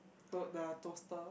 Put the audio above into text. to the toaster